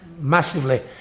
massively